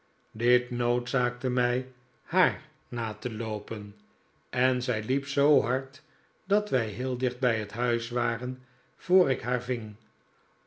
dit noodzaakte mij haar na te loopen en zij liep zoo hard dat wij heel dicht bij huis waren voor ik